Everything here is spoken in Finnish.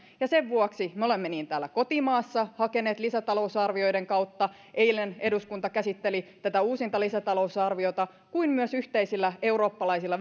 ja sen vuoksi me olemme niin täällä kotimaassa hakeneet lisätalousarvioiden kautta eilen eduskunta käsitteli tätä uusinta lisätalousarviota kuin myös yhteisillä eurooppalaisilla